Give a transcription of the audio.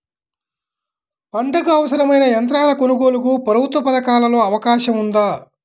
పంటకు అవసరమైన యంత్రాల కొనగోలుకు ప్రభుత్వ పథకాలలో అవకాశం ఉందా?